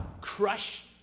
crush